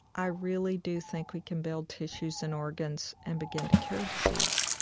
i really do think we can build tissues and organs and begin to cure disease.